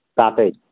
काटइ